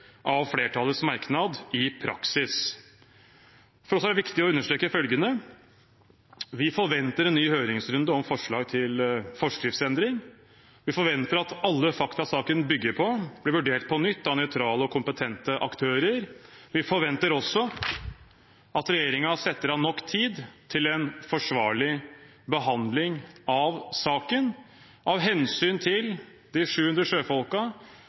av flertallets merknad i praksis. For oss er det viktig å understreke følgende: Vi forventer en ny høringsrunde om forslaget til forskriftsendring. Vi forventer at alle fakta som saken bygger på, blir vurdert på nytt av nøytrale og kompetente aktører. Vi forventer også at regjeringen setter av nok tid til en forsvarlig behandling av saken, av hensyn til de 700